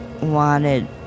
wanted